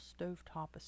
stovetop